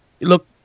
look